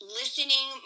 listening